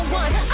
one